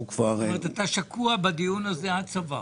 אתה שקוע בדיון הזה עד צוואר.